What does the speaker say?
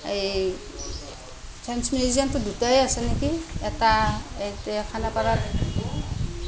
এই ছায়েঞ্চ মিউজিয়ামতো দুটাই আছে নেকি এটা এইটো খানাপাৰাত